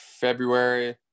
February